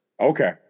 okay